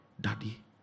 daddy